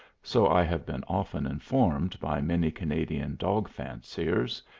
so i have been often informed by many canadian dog-fanciers,